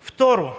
Второ,